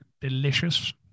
delicious